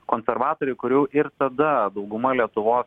konservatoriai kurių ir tada dauguma lietuvos